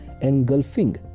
engulfing